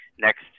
next